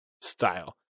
style